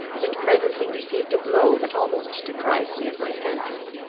and presently received a blow that almost deprived me of my senses.